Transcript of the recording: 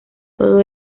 todo